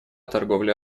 торговле